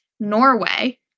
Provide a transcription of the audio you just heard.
Norway